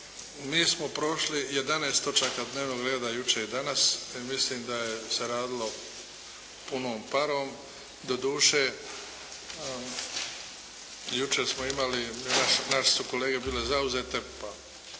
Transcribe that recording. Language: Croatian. Mi smo prošli 11 točaka dnevnog reda jučer i danas, i mislim da je se radilo punom parom. Doduše, jučer smo imali, naše su kolege bile zauzete,